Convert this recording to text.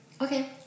Okay